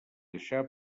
deixà